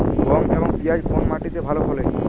গম এবং পিয়াজ কোন মাটি তে ভালো ফলে?